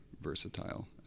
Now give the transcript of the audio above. versatile